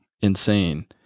insane